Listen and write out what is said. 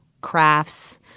crafts